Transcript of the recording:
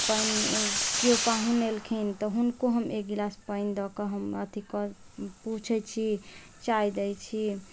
पानि केओ पाहुन एलखिन तऽ हुनको हम एक गिलास पानि दऽकऽ हम अथी पूछैत छी चाय दै छी